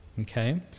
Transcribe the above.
Okay